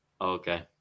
Okay